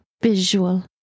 visual